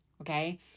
okay